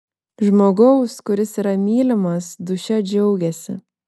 žmogaus kuris yra mylimas dūšia džiaugiasi